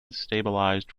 stabilized